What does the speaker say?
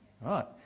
Right